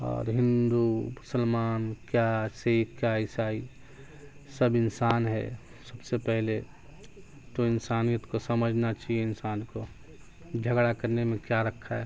اور ہندو مسلمان کیا سکھ کیا عیسائی سب انسان ہے سب سے پہلے تو انسانیت کو سمجھنا چاہیے انسان کو جھگڑا کرنے میں کیا رکھا ہے